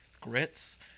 grits